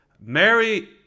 Mary